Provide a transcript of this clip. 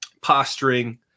posturing